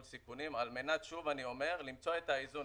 סיכונים על מנת שוב אני אומר למצוא את האיזון,